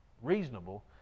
reasonable